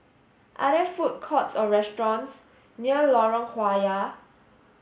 are there food courts or restaurants near Lorong Halwa